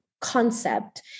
concept